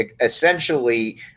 essentially